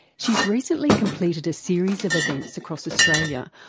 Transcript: she's recently completed a series of events across australia,